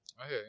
Okay